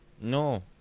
no